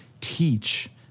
teach